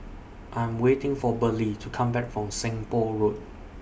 I Am waiting For Burley to Come Back from Seng Poh Road